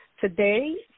today